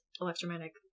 electromagnetic